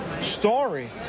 story